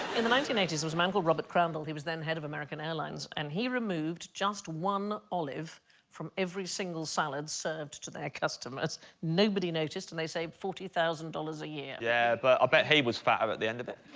in the nineteen eighty s was a man called robert crandall he was then head of american airlines and he removed just one olive from every single salad served to their customers nobody noticed and they say forty thousand dollars a year. yeah, but i bet he was fatter at the end of it